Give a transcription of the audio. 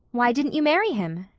why didn't you marry him?